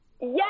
yes